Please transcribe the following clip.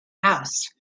house